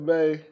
Bay